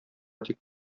тик